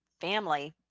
family